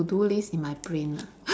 to do list in my brain lah